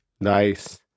Nice